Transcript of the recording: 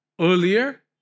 Earlier